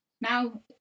Now